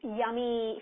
yummy